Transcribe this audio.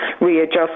readjust